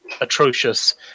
atrocious